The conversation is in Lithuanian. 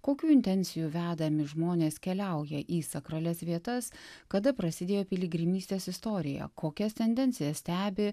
kokių intencijų vedami žmonės keliauja į sakralias vietas kada prasidėjo piligrimystės istorija kokias tendencijas stebi